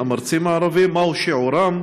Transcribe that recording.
2. מהו שיעורם?